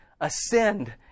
ascend